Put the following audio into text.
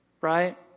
right